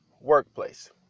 Workplace